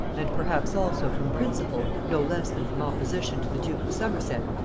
and perhaps also from principle, no less than from opposition to the duke of somerset,